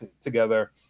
together